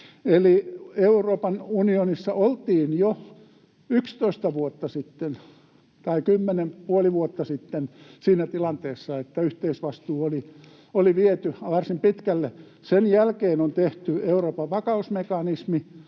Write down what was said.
Eli Euroopan unionissa oltiin jo kymmenen ja puoli vuotta sitten siinä tilanteessa, että yhteisvastuu oli viety varsin pitkälle. Sen jälkeen on tehty Euroopan vakausmekanismi,